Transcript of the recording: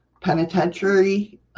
penitentiary